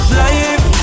life